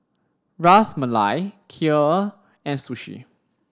Ras Malai Kheer and Sushi